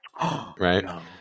Right